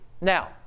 Now